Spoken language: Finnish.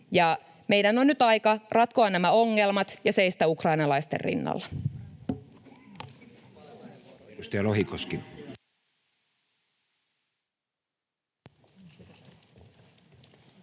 meidän on nyt aika ratkoa nämä ongelmat ja seistä ukrainalaisten rinnalla.